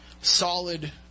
solid